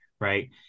Right